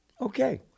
Okay